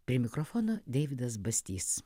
prie mikrofono deividas bastys